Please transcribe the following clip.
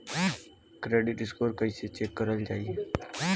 Credit score कइसे check करल जायी?